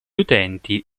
utenti